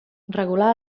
regular